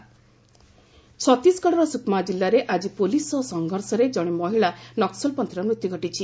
ନକ୍କଲ ଏନ୍କାଉଣ୍ଟର ଛତିଶଗଡ଼ର ସୁକମା ଜିଲ୍ଲାରେ ଆଜି ପୁଲିସ୍ ସହ ସଂଘର୍ଷରେ ଜଣେ ମହିଳା ନକ୍ୱଲପନ୍ଥୀର ମୃତ୍ୟୁ ଘଟିଛି